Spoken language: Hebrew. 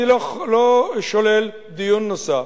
אני לא שולל דיון נוסף,